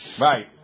Right